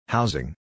Housing